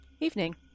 Evening